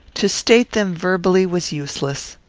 to state them verbally was useless.